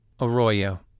Arroyo